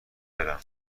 برم